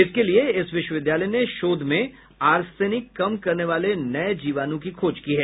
इसके लिए इस विश्वविद्यालय ने शोध में ऑर्सेनिक कम करने वाले नये जीवाणु की खोज की है